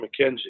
McKenzie